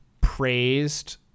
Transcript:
praised